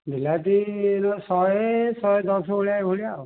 ବିଲାତି କିଲୋ ଶହେ ଶହେ ଦଶ ଭଳିଆ ଏଇଭଳିଆ ଆଉ